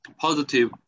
positive